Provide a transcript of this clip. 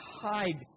hide